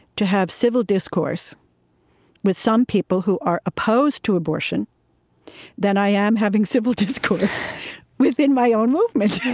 to have civil discourse with some people who are opposed to abortion than i am having civil discourse within my own movement,